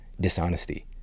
dishonesty